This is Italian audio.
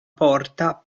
porta